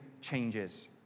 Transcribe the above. changes